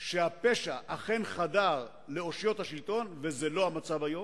שהפשע אכן חדר לאושיות השלטון, וזה לא המצב היום,